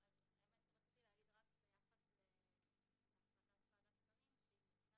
רק רציתי לומר ביחס להחלטת ועדת שרים שהיא ניתנה